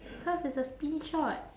because it's a screenshot